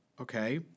okay